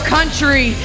Country